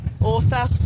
author